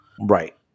Right